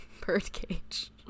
birdcage